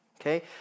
okay